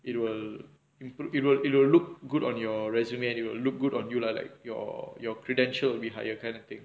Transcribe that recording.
it will it'll it'll look good on your resume and you would look good on you lah like your your credential will be higher kind of thing